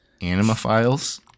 Animophiles